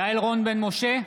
יעל רון בן משה,